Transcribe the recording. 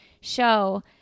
show